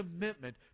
commitment